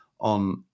on